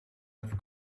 with